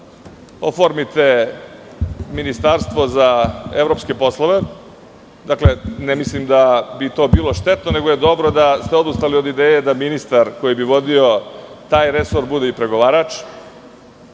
oformite ministarstvo za evropske poslove, dakle, ne mislim da bi to bilo štetno, nego je dobro da ste odustali od ideje da ministar koji bi vodio taj resor bude i pregovarač.